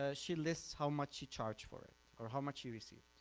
ah she lists how much you charge for it or how much you receive.